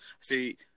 see